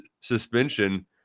suspension